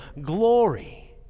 glory